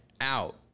out